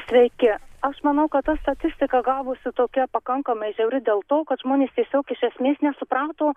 sveiki aš manau kad ta statistika gavosi tokia pakankamai žiauri dėl to kad žmonės tiesiog iš esmės nesuprato